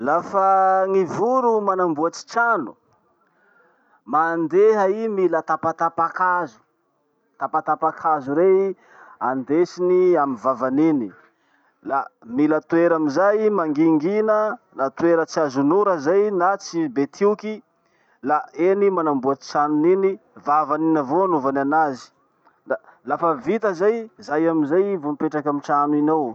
Lafa gny voro manamboatry trano, mandeha i mila tapatapakazo. Tapatapakazo rey andesiny amy vavany iny. La mila toera amizay i mangingina, na toera tsy azon'ora zay na tsy be tioky, la eny i manamboatry tranon'iny. Vavany iny avao anaovany anazy. Da lafa vita zay, zay amizay i vo mipetraky amy trano iny ao.